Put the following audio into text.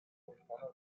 americana